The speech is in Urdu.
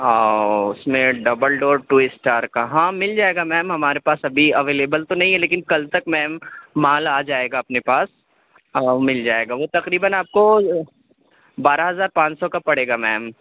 او اس میں ڈبل ڈور ٹو اسٹار کا ہاں مل جائے گا میم ہمارے پاس ابھی اویلیبل تو نہیں ہے لیکن کل تک میم مال آ جائے گا اپنے پاس مل جائے گا وہ تقریباً آپ کو بارہ ہزار پانچ سو کا پڑے گا میم